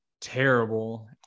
terrible